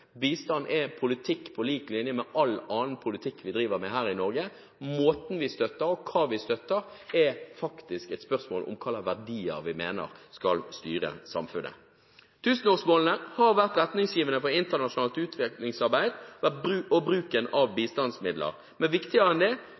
Bistand er politikk på lik linje med all annen politikk vi driver med her i Norge. Måten vi støtter på, og hva vi støtter, er faktisk et spørsmål om hva slags verdier vi mener skal styre samfunnet. Tusenårsmålene har vært retningsgivende for internasjonalt utviklingsarbeid og bruken av bistandsmidler, men viktigere enn det: